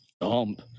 dump